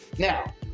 Now